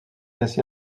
ainsi